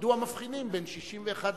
מדוע מבחינים בין 61 ל-80?